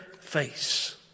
face